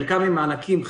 חלקם ממענקים,